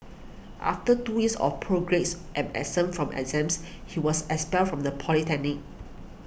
after two years of poor grades and absence from exams he was expelled from the polytechnic